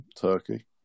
Turkey